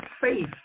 faith